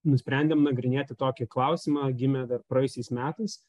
nusprendėm nagrinėti tokį klausimą gimė dar praėjusiais metais